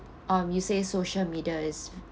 um you say social media is